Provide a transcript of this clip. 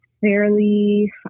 fairly